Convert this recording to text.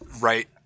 right